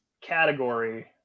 category